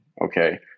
okay